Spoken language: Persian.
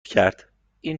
کرد، این